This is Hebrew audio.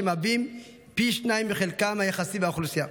שמהווים פי שניים מחלקם היחסי באוכלוסייה.